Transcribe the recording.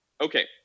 Okay